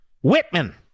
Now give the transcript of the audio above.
Whitman